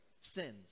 Sins